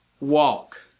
Walk